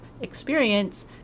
experience